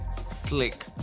slick